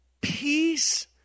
peace